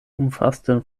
umfasste